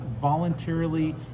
voluntarily